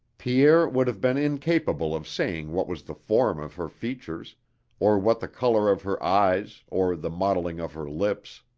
pierre would have been incapable of saying what was the form of her features or what the color of her eyes or the modeling of her lips.